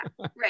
right